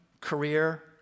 career